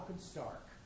Stark